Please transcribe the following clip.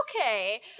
Okay